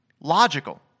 Logical